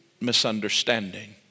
misunderstanding